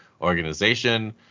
organization